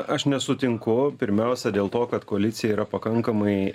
aš nesutinku pirmiausia dėl to kad koalicija yra pakankamai